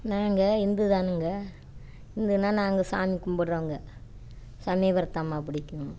நாங்கள் இந்துதானுங்க இந்துனால் நாங்கள் சாமி கும்பிட்றவங்க சமயபுரத்தம்மா பிடிக்கும்